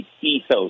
ethos